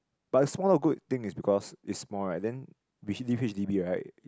but the small dog good thing is because it's small right then we hit D B right